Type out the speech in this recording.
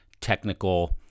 technical